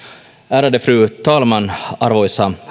ärade fru talman arvoisa